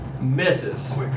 Misses